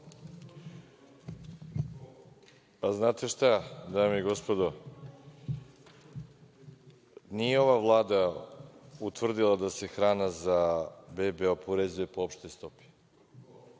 Znate šta, dame i gospodo, nije ova Vlada utvrdila da se hrana za bebe oporezuje po opštoj stopi.